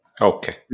Okay